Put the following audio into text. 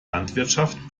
landwirtschaft